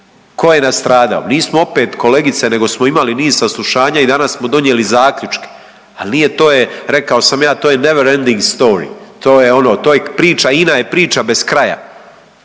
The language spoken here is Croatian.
Tko je nastradao? Nismo opet kolegice nego smo imali niz saslušanja i danas smo donijeli zaključke, ali nije to je, rekao sam ja never ending story, to je ono, to je priča, INA je priča bez kraja.